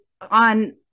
on